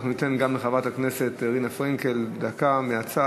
אנחנו ניתן גם לחברת הכנסת רינה פרנקל דקה מהצד,